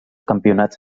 campionats